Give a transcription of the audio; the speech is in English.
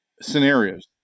scenarios